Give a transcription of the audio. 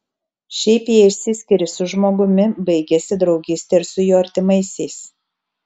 šiaip jei išsiskiri su žmogumi baigiasi draugystė ir su jo artimaisiais